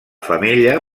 femella